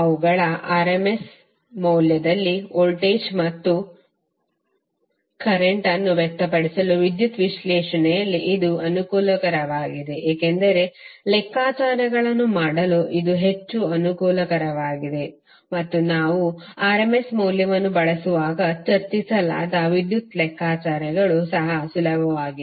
ಅವುಗಳ rms ಮೌಲ್ಯದಲ್ಲಿ voltage ಮತ್ತು ಕರೆಂಟ್ ಅನ್ನು ವ್ಯಕ್ತಪಡಿಸಲು ವಿದ್ಯುತ್ ವಿಶ್ಲೇಷಣೆಯಲ್ಲಿ ಇದು ಅನುಕೂಲಕರವಾಗಿದೆ ಏಕೆಂದರೆ ಲೆಕ್ಕಾಚಾರಗಳನ್ನು ಮಾಡಲು ಇದು ಹೆಚ್ಚು ಅನುಕೂಲಕರವಾಗಿದೆ ಮತ್ತು ನಾವು rms ಮೌಲ್ಯವನ್ನು ಬಳಸುವಾಗ ಚರ್ಚಿಸಲಾದ ವಿದ್ಯುತ್ ಲೆಕ್ಕಾಚಾರಗಳು ಸಹ ಸುಲಭವಾಗಿದೆ